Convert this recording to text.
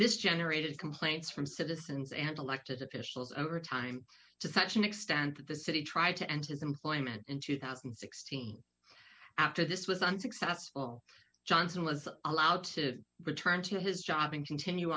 this generated complaints from citizens and elected officials over time to such an extent that the city tried to end his employment in two thousand and sixteen after this was unsuccessful johnson was allowed to return to his job and continue